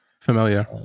familiar